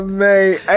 mate